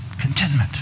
Contentment